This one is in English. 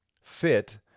fit